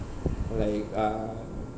like uh